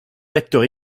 acteurs